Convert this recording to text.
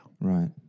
Right